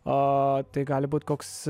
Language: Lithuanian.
o tai gali būt koks